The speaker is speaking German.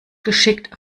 geschickt